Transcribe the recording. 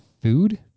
food